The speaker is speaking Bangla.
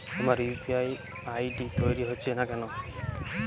আমার ইউ.পি.আই আই.ডি তৈরি হচ্ছে না কেনো?